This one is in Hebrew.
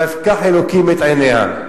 ויפקח השם את עיניה,